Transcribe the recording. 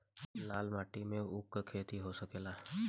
लाल माटी मे ऊँख के खेती हो सकेला?